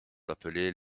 appelés